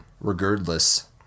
Regardless